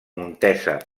montesa